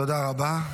תודה רבה.